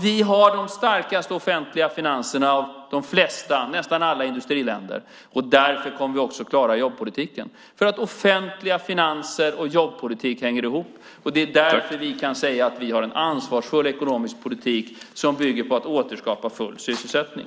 Vi har de starkaste offentliga finanserna av nästan alla industriländer. Därför kommer vi också att klara jobbpolitiken. Offentliga finanser och jobbpolitik hänger ihop. Det är därför vi kan säga att vi har en ansvarsfull ekonomisk politik som bygger på att återskapa full sysselsättning.